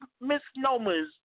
misnomers